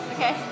Okay